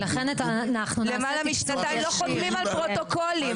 לא חותמים על פרוטוקולים,